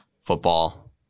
football